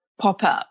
pop-up